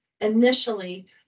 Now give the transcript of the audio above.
initially